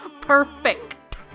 perfect